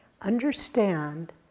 Understand